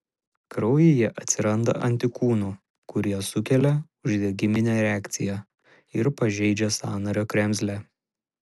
kraujyje atsiranda antikūnų kurie sukelia uždegiminę reakciją ir pažeidžia sąnario kremzlę